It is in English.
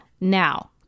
Now